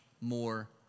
more